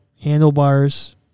handlebars